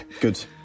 Good